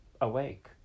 awake